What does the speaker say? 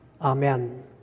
Amen